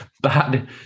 bad